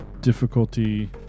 Difficulty